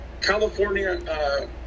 California